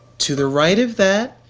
to the right of that,